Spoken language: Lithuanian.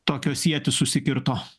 tokios ietys susikirto